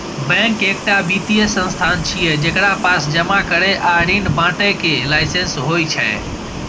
bank एकटा वित्तीय संस्थान छियै, जेकरा पास जमा करै आ ऋण बांटय के लाइसेंस होइ छै